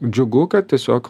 džiugu kad tiesiog